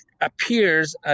appears